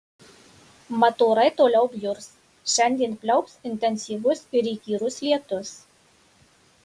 mat orai toliau bjurs šiandien pliaups intensyvus ir įkyrus lietus